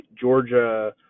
Georgia